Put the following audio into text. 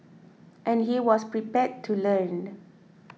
and he was prepared to learn